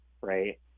right